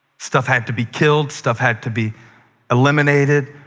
stuff had to be killed. stuff had to be eliminated.